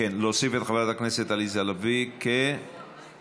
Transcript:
להוסיף את חברת הכנסת עליזה לביא כמתנגדת.